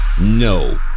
No